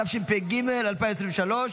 התשפ"ג 2023,